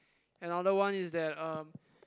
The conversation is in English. another one is that um